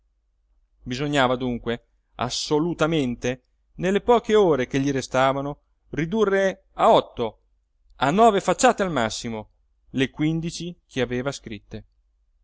bisognava dunque assolutamente nelle poche ore che gli restavano ridurre a otto a nove facciate al massimo le quindici che aveva scritte